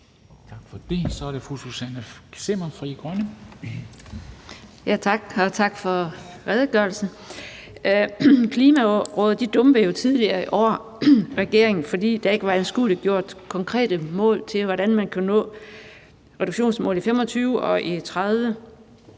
Frie Grønne. Kl. 11:24 Susanne Zimmer (FG): Tak. Og tak for redegørelsen. Klimarådet dumpede jo tidligere i år regeringens klimaindsats, fordi der ikke var anskueliggjort konkrete mål for, hvordan man kunne nå reduktionsmålene i 2025 og i 2030.